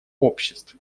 обществ